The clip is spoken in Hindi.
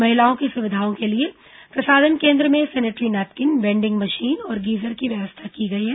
महिलाओं की सुविधा के लिए प्रसाधन केन्द्र में सेनेटरी नेपकिन वेंडिंग मशीन और गीजर की व्यवस्था की गई है